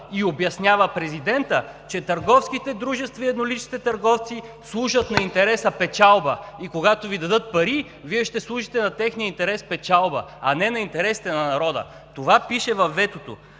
И обяснява президентът, че търговските дружества и едноличните търговци служат на интереса печалба и когато Ви дадат пари, Вие ще служите на техния интерес – печалба, а не на интересите на народа! Това пише във ветото.